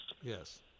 Yes